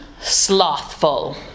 Slothful